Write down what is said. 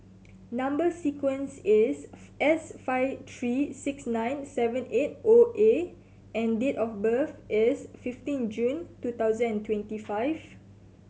number sequence is S five three six nine seven eight O A and date of birth is fifteen June two thousand and twenty five